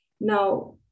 Now